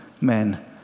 men